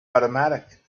automatic